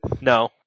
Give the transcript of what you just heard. No